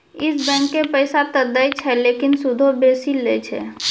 इ बैंकें पैसा त दै छै लेकिन सूदो बेसी लै छै